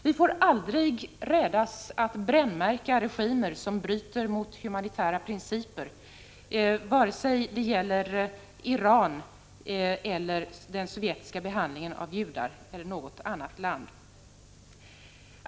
Vi får aldrig rädas att brännmärka regimer som bryter mot humanitära principer vare sig det gäller Iran, Sovjetunionen — med sin behandling av judar — eller något annat land.